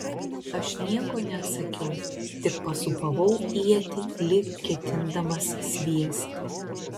aš nieko neatsakiau tik pasūpavau ietį lyg ketindamas sviesti